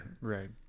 right